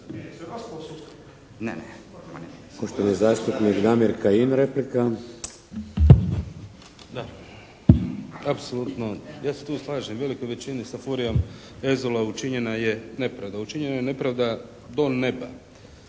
Kajin, replika. **Kajin, Damir (IDS)** Da, apsolutno ja se s tim slažem u velikoj većini sa Furiom, ezola učinjena je nepravda. Učinjena je nepravda do neba.